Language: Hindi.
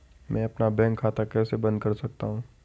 मैं अपना बैंक खाता कैसे बंद कर सकता हूँ?